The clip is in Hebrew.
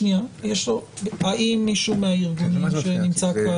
האם מישהו מהארגונים שנמצא כאן,